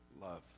love